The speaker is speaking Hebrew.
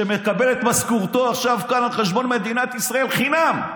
שמקבל את משכורתו עכשיו כאן על חשבון מדינת ישראל חינם,